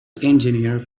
engineer